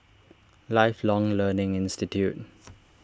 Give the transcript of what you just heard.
Lifelong Learning Institute